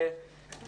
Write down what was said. אם